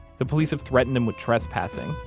the police have threatened him with trespassing,